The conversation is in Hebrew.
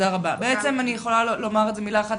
בעצם אני יכולה לומר את זה במילה אחת,